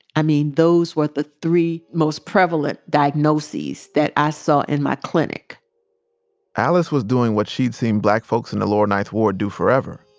i mean, those were the three most prevalent diagnoses that i saw in my clinic alice was doing what she'd seen black folks in the lower ninth ward do forever.